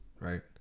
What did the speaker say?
right